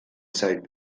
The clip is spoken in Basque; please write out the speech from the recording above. zait